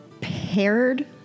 paired